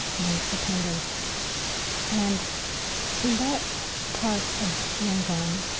monks' attendants and in that part of yangon,